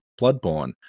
Bloodborne